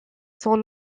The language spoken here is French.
sont